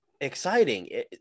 exciting